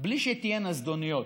בלי שתהיינה זדוניות.